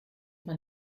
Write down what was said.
man